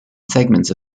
segments